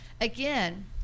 again